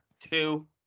Two